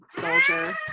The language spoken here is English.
soldier